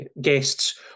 guests